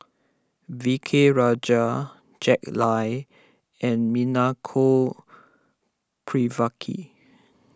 V K Rajah Jack Lai and Prvacki